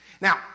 Now